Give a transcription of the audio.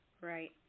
Right